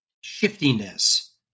shiftiness